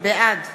בעד